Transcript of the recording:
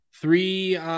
Three